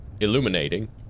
illuminating